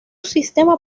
sistema